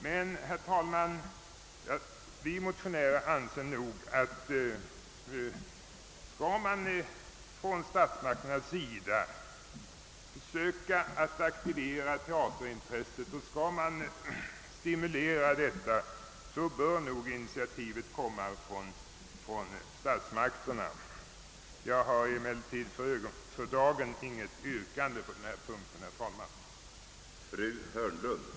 Herr talman, vi motionärer anser att om statsmakterna vill försöka aktivera och stimulera teaterintresset, bör initiativet komma från statsmakterna. Jag har emellertid för dagen inget yrkande på denna punkt.